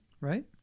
right